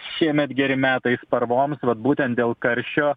šiemet geri metai sparvoms vat būtent dėl karščio